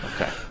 Okay